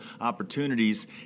opportunities